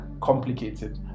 Complicated